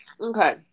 okay